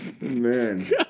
Man